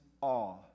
awe